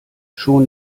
schon